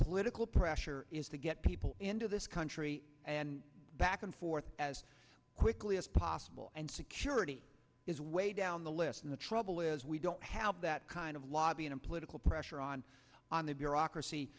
political pressure is to get people into this country and back and forth as quickly as possible and security is way down the list of the trouble is we don't have that kind of lobbying and political pressure on on the bureaucracy